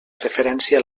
referència